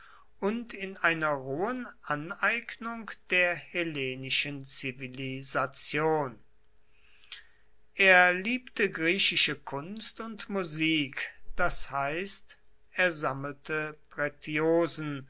und in einer rohen aneignung der hellenischen zivilisation er liebte griechische kunst und musik das heißt er sammelte